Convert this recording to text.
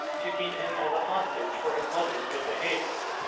to keep him as a hostage for his mother's good behavior.